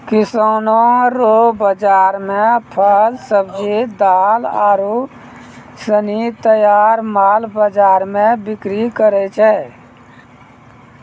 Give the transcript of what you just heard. किसानो रो बाजार मे फल, सब्जी, दाल आरू सनी तैयार माल बाजार मे बिक्री करै छै